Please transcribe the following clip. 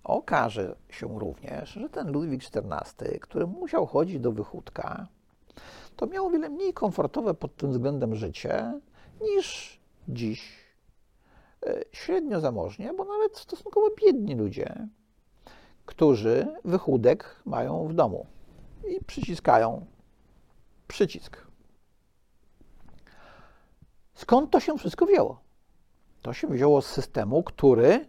Okaże się również, że ten Ludwik XIV, który musiał chodzić do wychudka, to miał o wiele mniej komfortowe pod tym względem życie niż dziś, e, średnio zamożnie, bo nawet stosunkowo biedni ludzie, którzy wychudek mają w domu i przyciskają przycisk. Skąd to się wszystko wzięło? To się wzięło z systemu, który